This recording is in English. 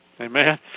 Amen